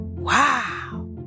Wow